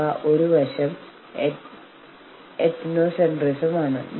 ഇതിലെ ചില പ്രശ്നങ്ങൾ ഒന്ന് വിലപേശൽ സ്വഭാവമാണ്